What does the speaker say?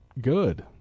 good